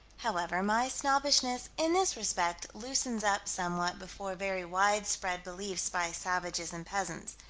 however, my snobbishness, in this respect, loosens up somewhat before very widespread belief by savages and peasants.